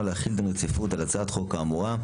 להחיל דין רציפות על הצעת החוק האמורה.